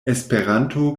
esperanto